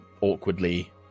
awkwardly